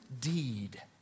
deed